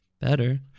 Better